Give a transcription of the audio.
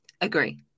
Agree